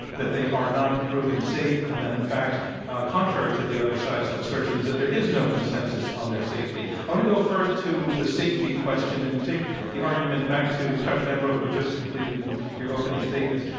that they are not proven safe and that in fact ah c ontrary to the other side's assertions that there is no consensus on their safety. i want to go first to the safety question and take the argument back to chuck benbrook who just completed and your opening statements.